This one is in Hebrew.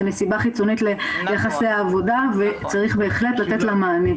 זו נסיבה חיצונית ליחסיי העבודה וצריך בהחלט לתת לה מענה.